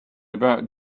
about